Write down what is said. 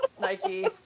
Nike